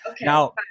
Now